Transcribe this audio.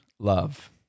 Love